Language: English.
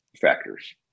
factors